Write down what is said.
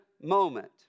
moment